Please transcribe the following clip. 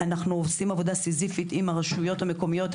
אנחנו עושים עבודה סיזיפית עם הרשויות המקומיות,